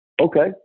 Okay